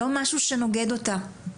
לא משהו שנוגד אותה.